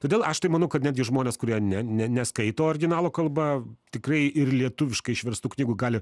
todėl aš tai manau kad netgi žmonės kurie ne ne neskaito originalo kalba tikrai ir lietuviškai išverstų knygų gali